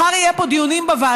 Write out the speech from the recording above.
מחר יהיו פה דיונים בוועדות.